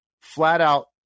flat-out